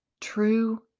true